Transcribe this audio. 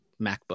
MacBook